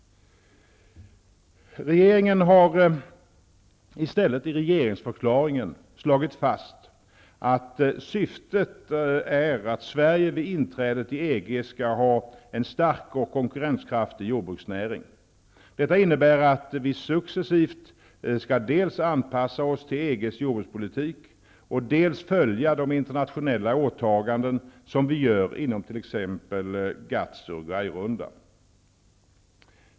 Regeringen har i stället i regeringsförklaringen slagit fast att syftet är att Sverige vid inträdet i EG skall ha en stark och konkurrenskraftig jordbruksnäring. Detta innebär att vi successivt skall dels anpassa oss till EG:s jordbrukspolitik, dels följa de internationella åtaganden som vi gör inom GATT och Uruguayrundan.